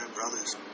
brothers